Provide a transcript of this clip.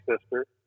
sister